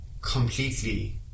completely